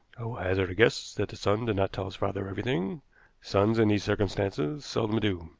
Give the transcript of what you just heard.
will hazard a guess that the son did not tell his father everything sons, in these circumstances, seldom do.